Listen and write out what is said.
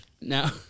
No